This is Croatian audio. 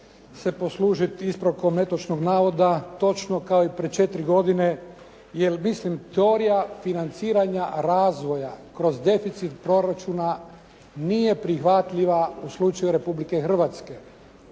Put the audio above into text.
se poslužiti ispravkom netočnog navoda točno kao i prije četiri godine jer mislim teorija financiranja razvoja kroz deficit proračuna nije prihvatljiva u slučaju Republike Hrvatske.